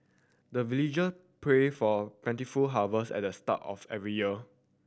the villager pray for plentiful harvest at the start of every year